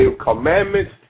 commandments